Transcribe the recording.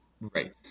Right